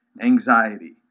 anxiety